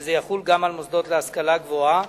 שזה יחול גם על מוסדות להשכלה גבוהה.